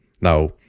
Now